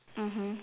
mmhmm